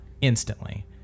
instantly